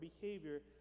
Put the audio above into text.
behavior